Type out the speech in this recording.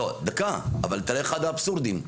אבל תראה אחד האבסורדים.